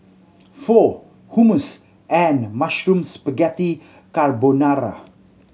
Pho Hummus and Mushroom Spaghetti Carbonara